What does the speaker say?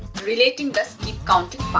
relating the skip counting